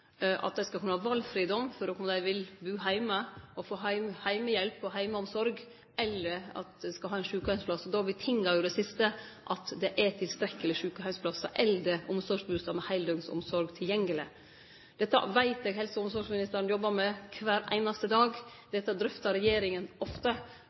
at dei skal kunne ha valfridom i forhold til om dei vil bu heime og få heimehjelp og heimeomsorg, eller om dei vil ha ein sjukeheimsplass. Men då føreset jo det siste at det er tilstrekkeleg med sjukeheimsplassar eller omsorgsbustader med heildøgnsomsorg tilgjengeleg. Dette veit eg helse- og omsorgsministeren jobbar med kvar einaste dag, dette drøftar regjeringa ofte,